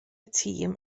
tîm